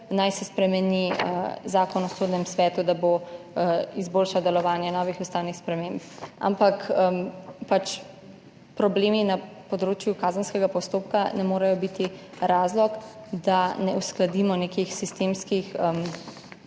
naj se spremeni Zakon o sodnem svetu, da bo izboljšal delovanje novih ustavnih sprememb. Ampak pač problemi na področju kazenskega postopka ne morejo biti razlog, da ne uskladimo nekih sistemskih